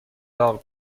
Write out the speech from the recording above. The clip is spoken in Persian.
داغ